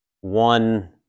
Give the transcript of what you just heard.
one